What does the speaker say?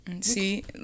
See